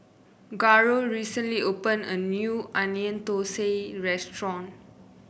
Garold recently opened a new Onion Thosai Restaurant